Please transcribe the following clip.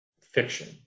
fiction